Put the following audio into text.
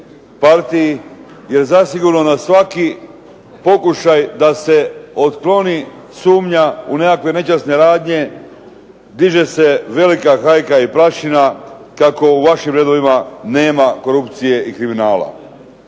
jer zasigurno na svaki pokušaj da se otkloni sumnja u nekakve nečasne radnje diže se velika hajka i prašina kako u vašim redovima nema korupcije i kriminala.